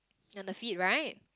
and the feet right